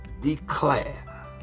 declare